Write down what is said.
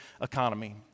economy